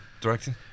directing